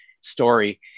story